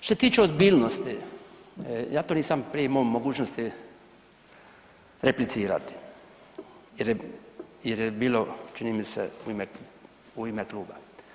Što se tiče ozbiljnosti ja to nisam prije imao mogućnosti replicirati jer je bilo čini mi se u ime kluba.